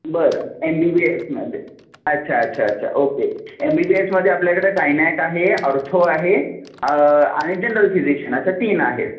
बरं M B B एसमध्ये अच्छा अच्छा अच्छा ओके एम बी बी एसमध्ये आपल्याकडं गायनॅक आहे ऑर्थो आहे आणि जनरल फिजिशन असं तीन आहे